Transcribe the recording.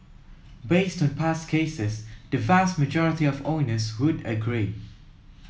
based on past cases the vast majority of owners would agree